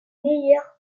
meilleures